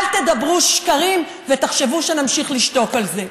אל תדברו שקרים ותחשבו שנמשיך לשתוק על זה.